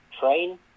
train